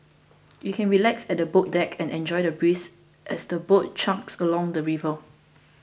you can relax at the boat deck and enjoy the breeze as the boat chugs along the river